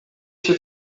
się